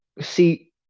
see